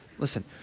Listen